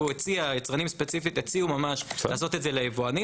יצרנים ספציפית הציעו לעשות את זה ליבואנים